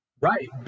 Right